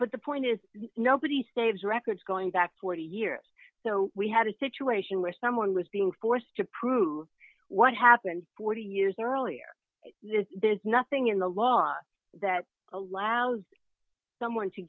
but the point is nobody saves records going back forty years so we had a situation where someone was being forced to prove what happened forty years earlier there's nothing in the law that allows some